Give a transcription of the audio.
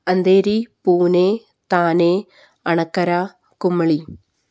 Andhari Pune Thane Anakkara Kumily